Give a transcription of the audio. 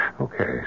Okay